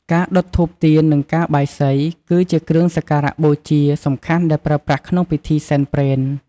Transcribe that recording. ការដុតធូបទៀន និងការបាយសី គឺជាគ្រឿងសក្ការៈបូជាសំខាន់ដែលប្រើប្រាស់ក្នុងពិធីសែនព្រេន។